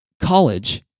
college